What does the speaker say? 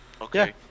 Okay